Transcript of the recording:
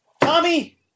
Tommy